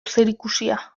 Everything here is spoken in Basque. zerikusia